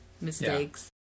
mistakes